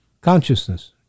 consciousness